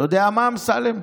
אתה יודע מה, אמסלם?